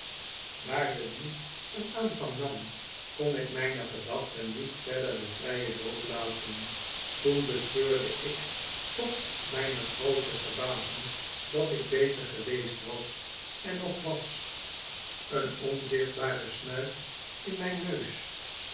daar de dienst een aanvang nam kon ik mijne gedachten niet verder den vrijen loop laten toen bespeurde ik tot mijne groote verbazing dat ik bezig geweest was en nog was een onzichtbare snuif in mijn neus